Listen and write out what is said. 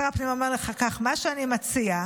שר הפנים אומר לך כך: מה שאני מציע,